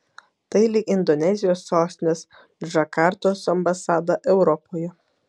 tai lyg indonezijos sostinės džakartos ambasada europoje